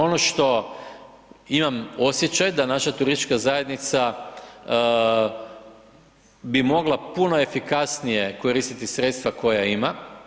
Ono šta imam osjećaj da naša turistička zajednica bi mogla puno efikasnije koristiti sredstva koja ima.